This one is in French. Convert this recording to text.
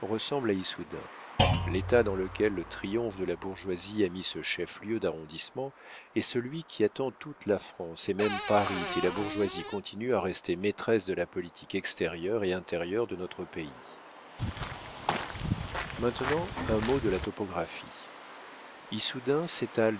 ressemblent à issoudun l'état dans lequel le triomphe de la bourgeoisie a mis ce chef-lieu d'arrondissement est celui qui attend toute la france et même paris si la bourgeoisie continue à rester maîtresse de la politique extérieure et intérieure de notre pays maintenant un mot de la topographie issoudun